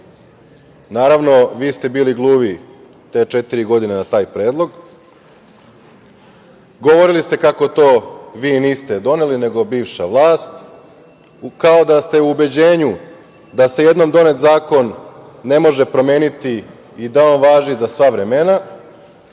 dragocen. Naravno, vi ste bili gluvi te četiri godine na taj predlog. Govorili ste kako to vi niste doneli, nego bivša vlast, kao da ste u ubeđenju da se jednom donet zakon ne može promeniti i da on važi za sva vremena,